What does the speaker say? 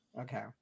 okay